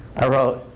i wrote,